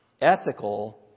ethical